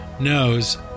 knows